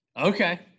Okay